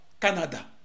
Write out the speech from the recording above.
Canada